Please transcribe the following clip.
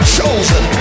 Chosen